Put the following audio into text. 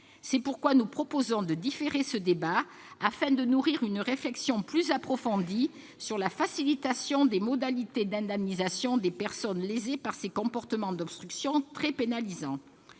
C'est pourquoi nous proposons de différer ce débat, afin de nourrir une réflexion plus approfondie sur la façon de faciliter les modalités d'indemnisation des personnes lésées par ces comportements d'obstructions très pénalisants.